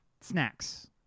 snacks